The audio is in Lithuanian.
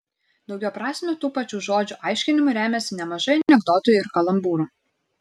daugiaprasmiu tų pačių žodžių aiškinimu remiasi nemažai anekdotų ir kalambūrų